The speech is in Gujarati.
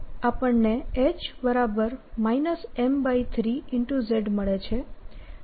તો આપણને H M3 z મળે છે